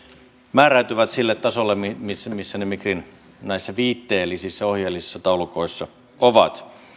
määräytyvät sille tasolle missä ne migrin näissä viitteellisissä ohjeellisissa taulukoissa ovat